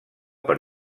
per